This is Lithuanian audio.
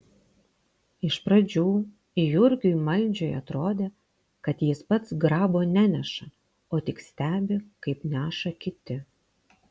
iš pradžių jurgiui maldžiui atrodė kad jis pats grabo neneša o tik stebi kaip neša kiti